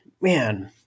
man